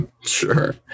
sure